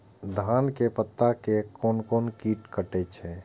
धान के पत्ता के कोन कीट कटे छे?